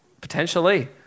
Potentially